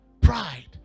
pride